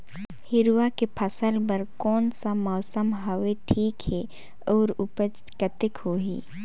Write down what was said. हिरवा के फसल बर कोन सा मौसम हवे ठीक हे अउर ऊपज कतेक होही?